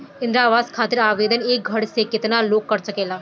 इंद्रा आवास खातिर आवेदन एक घर से केतना लोग कर सकेला?